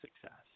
success